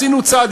עשינו צעד,